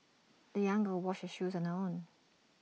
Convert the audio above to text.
the young girl washed her shoes on her own